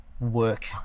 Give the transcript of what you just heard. work